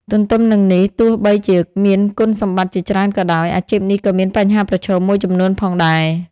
ទន្ទឹមនឹងនេះទោះបីជាមានគុណសម្បត្តិជាច្រើនក៏ដោយ អាជីពនេះក៏មានបញ្ហាប្រឈមមួយចំនួនផងដែរ។